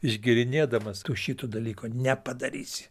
išgėrinėdamas tu šito dalyko nepadarysi